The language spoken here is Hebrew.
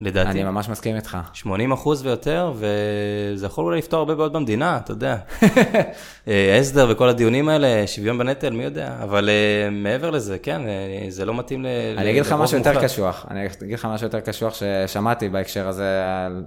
לדעתי. אני ממש מסכים איתך. 80 אחוז ויותר, וזה יכול אולי לפתור הרבה בעיות במדינה, אתה יודע. הסדר וכל הדיונים האלה, שוויון בנטל, מי יודע? אבל מעבר לזה, כן, זה לא מתאים לרוב המוחלט. אני אגיד לך משהו יותר קשוח. אני אגיד לך משהו יותר קשוח ששמעתי בהקשר הזה.